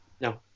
No